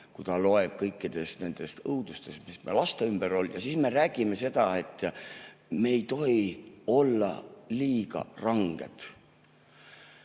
kui ta loeb kõikidest nendest õudustest, mis me lastega [juhtunud on]? Ja siis me räägime seda, et me ei tohi olla liiga ranged.